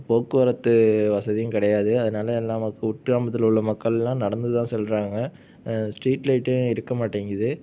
போக்குவரத்து வசதியும் கிடையாது அதனால் எல்லா மக் உட்கிராமத்தில் உள்ள மக்கள்லாம் நடந்துதான் செல்கிறாங்க ஸ்ட்ரீட் லைட்டும் இருக்க மாட்டேங்கிது